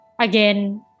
again